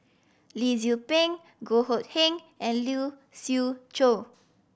Lee Tzu Pheng Goh Hood Keng and Lee Siew Choh